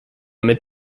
mit